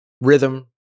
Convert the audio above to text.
rhythm